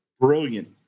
brilliant